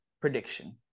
prediction